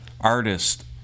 artist